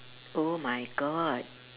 oh my god